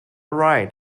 right